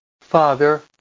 father